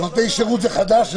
נותני שירות זה חדש?